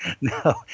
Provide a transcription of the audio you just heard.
No